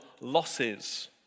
losses